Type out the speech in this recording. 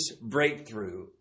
breakthrough